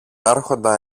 άρχοντα